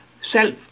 self